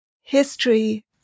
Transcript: history